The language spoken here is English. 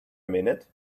minute